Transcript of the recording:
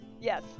Yes